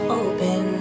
open